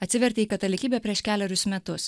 atsivertė į katalikybę prieš kelerius metus